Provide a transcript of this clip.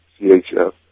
CHF